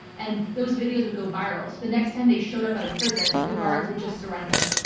and those videos would go viral. so the next time they showed up at a prison, the guards would just surrender,